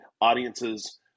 audiences